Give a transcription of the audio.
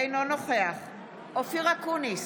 אינו נוכח אופיר אקוניס,